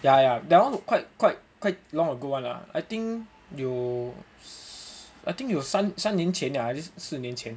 ya ya that one quite quite quite long ago [one] ah I think 有 I think 有三三年前 at least 四年前